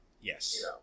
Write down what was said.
Yes